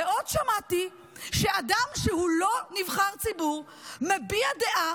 ועוד שמעתי שאדם שהוא לא נבחר ציבור מביע דעה